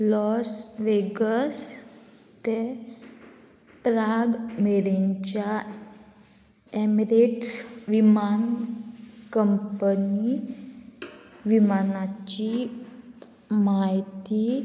Las Vegas ते Prague मेरेनच्या Emirates विमान कंपनी विमानाची म्हायती